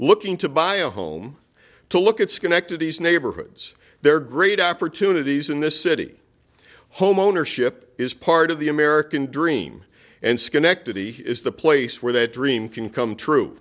looking to buy a home to look at schenectady neighborhoods there are great opportunities in this city homeownership is part of the american dream and schenectady is the place where that dream can come true